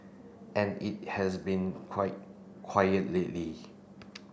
and it has been quite quiet lately